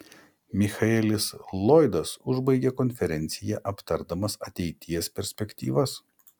michaelis lloydas užbaigė konferenciją aptardamas ateities perspektyvas